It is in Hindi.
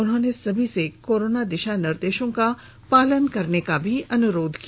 उन्होंने सभी से कोरोना दिशा निर्देशों का पालन करने का भी अनुरोध किया